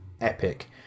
epic